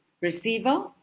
receiver